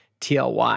TLY